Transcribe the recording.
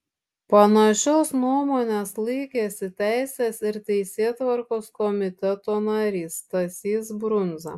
panašios nuomonės laikėsi teisės ir teisėtvarkos komiteto narys stasys brundza